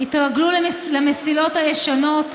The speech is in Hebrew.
התרגלו למסילות הישנות,